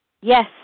Yes